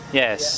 yes